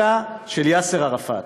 אלא של יאסר ערפאת.